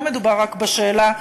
לא מדובר רק בשאלה,